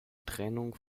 trennung